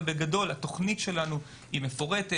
אבל בגדול התוכנית שלנו מפורטת.